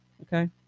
Okay